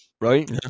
right